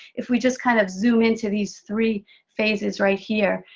if we just kind of zoom into these three phases right here,